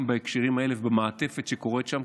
בהקשרים האלה ובמעטפת שקורית שם,